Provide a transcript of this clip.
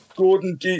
Gordon